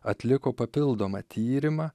atliko papildomą tyrimą